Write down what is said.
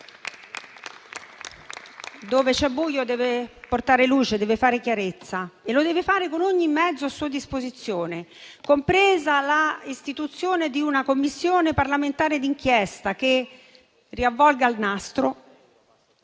Dove c'è buio, lo Stato deve portare luce, deve fare chiarezza e lo deve fare con ogni mezzo a sua disposizione, compresa l'istituzione di una Commissione parlamentare d'inchiesta che riavvolga il nastro